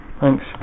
Thanks